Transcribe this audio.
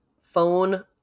phone